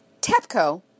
TEPCO